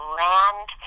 land